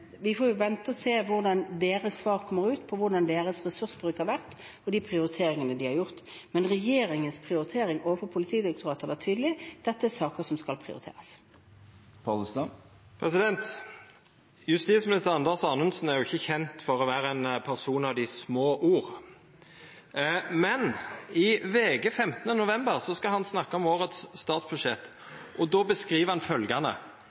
deres, hvordan ressursbruken deres har vært, og hvilke prioriteringer de har gjort, men regjeringens prioritering overfor Politidirektoratet er tydelig: Dette er saker som skal prioriteres. Justisminister Anders Anundsen er jo ikkje kjend for å vera ein person av dei små orda, men i VG 15. november snakka han om årets statsbudsjett. Då beskriv han